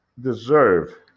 deserve